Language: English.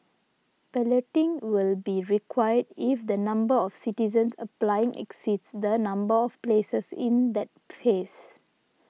balloting will be required if the number of citizens applying exceeds the number of places in that phase